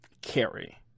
carry